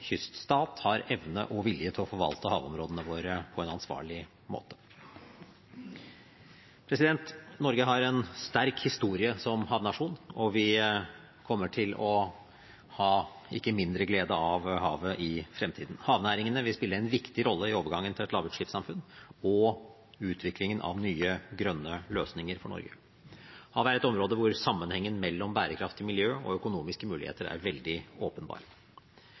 kyststat har evne og vilje til å forvalte havområdene våre på en ansvarlig måte. Norge har en sterk historie som havnasjon, og vi kommer ikke til å ha mindre glede av havet i fremtiden. Havnæringene vil spille en viktig rolle i overgangen til et lavutslippssamfunn og utviklingen av nye, grønne løsninger for Norge. Havet er et område hvor sammenhengen mellom bærekraftig miljø og økonomiske muligheter er veldig åpenbar.